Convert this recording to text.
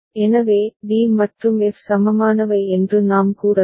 எனவே d மற்றும் f சமமானவை என்று நாம் கூறலாம்